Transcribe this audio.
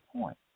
point